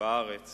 בארץ